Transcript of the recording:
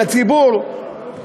לציבור,